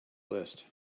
list